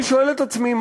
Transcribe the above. אני שואל את עצמי,